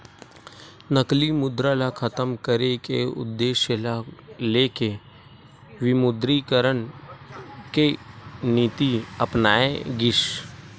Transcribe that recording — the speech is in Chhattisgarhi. नकली मुद्रा ल खतम करे के उद्देश्य ल लेके विमुद्रीकरन के नीति अपनाए गिस